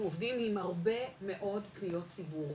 אנחנו עובדים עם הרבה מאוד פניות ציבור,